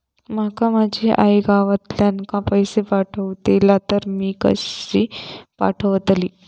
माका माझी आई गावातना पैसे पाठवतीला तर ती कशी पाठवतली?